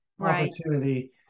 opportunity